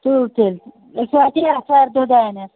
تُل تیٚلہِ أسۍ وٲتی آتھوارِ دۄہ دانٮ۪س